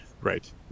Right